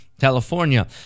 California